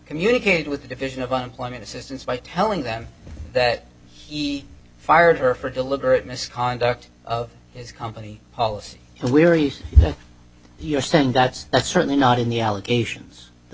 communicated with the division of unemployment assistance by telling them that he fired her for deliberate misconduct of his company policy we are here standouts that's certainly not in the allegations the